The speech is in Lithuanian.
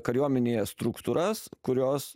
kariuomenėje struktūras kurios